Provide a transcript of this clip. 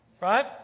right